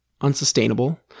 unsustainable